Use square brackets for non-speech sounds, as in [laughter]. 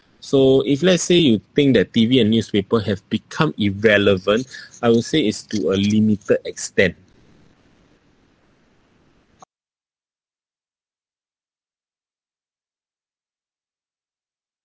so if let's say you think that T_V and newspaper have become irrelevant [breath] I would say it's to a limited extent